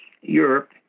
Europe